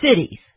cities